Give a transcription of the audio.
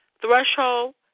threshold